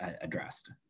addressed